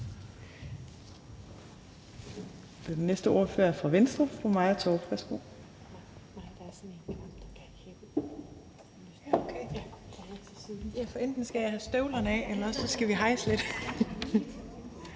Den næste ordfører er fra Venstre. Fru Maja Torp,